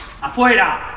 afuera